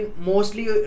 mostly